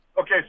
Okay